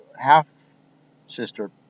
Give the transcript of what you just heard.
half-sister